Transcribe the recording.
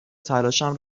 تلاشم